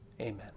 Amen